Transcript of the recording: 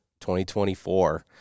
2024